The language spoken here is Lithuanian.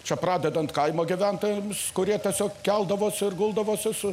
čia pradedant kaimo gyventojams kurie tiesiog keldavosi ir guldavosi